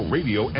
Radio